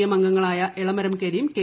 M അംഗങ്ങളായ Elamaram Kareem K